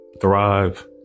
thrive